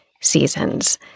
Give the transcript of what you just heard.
seasons